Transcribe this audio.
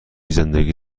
زندگی